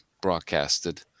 broadcasted